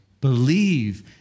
believe